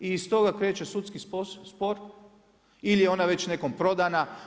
I iz toga kreće sudski spor ili je ona već nekom prodana.